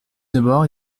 d’abord